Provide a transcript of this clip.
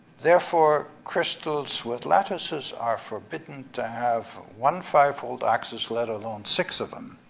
therefore, crystals with lattices are forbidden to have one five-fold axis, let alone six of em.